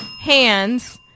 hands